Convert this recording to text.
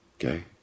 Okay